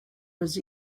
was